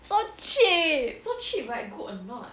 so cheap